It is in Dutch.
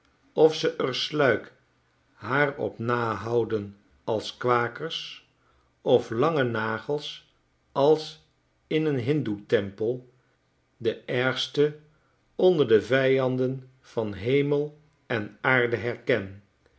of ze r sluik haar op nahouden als de kwakers of lange nagels als in een hindoe tempel de ergsten onder de vijanden van hemel en aarde herken